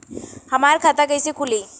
हमार खाता कईसे खुली?